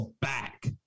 back